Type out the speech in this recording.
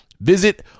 Visit